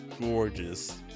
gorgeous